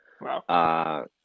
Wow